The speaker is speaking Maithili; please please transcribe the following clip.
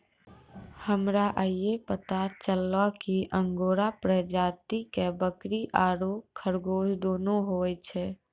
हमरा आइये पता चललो कि अंगोरा प्रजाति के बकरी आरो खरगोश दोनों होय छै